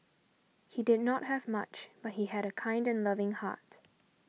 he did not have much but he had a kind and loving heart